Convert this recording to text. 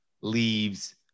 leaves